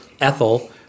Ethel